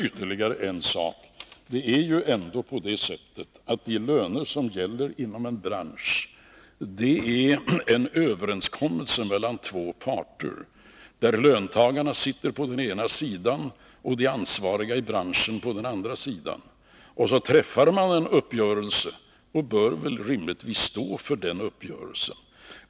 Ytterligare en sak: Det är ändå på det sättet att de löner som gäller inom en bransch har sin bakgrund i en överenskommelse mellan två parter, där löntagarna sitter på den ena sidan och de ansvariga i branschen på den andra. När man så träffar en uppgörelse, bör man rimligtvis stå för den uppgörelsen.